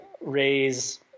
raise